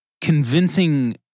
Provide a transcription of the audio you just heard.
convincing